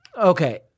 Okay